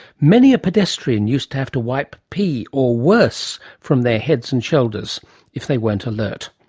many a pedestrian used to have to wipe pee or worse from their heads and shoulders if they weren't alert.